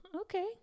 okay